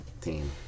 team